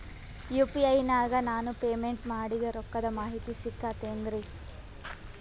UPI ನಾಗ ನಾನು payment ಮಾಡಿದ ರೊಕ್ಕದ ಮಾಹಿತಿ ಸಿಕ್ತಾತೇನ್ರೀ?